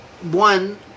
one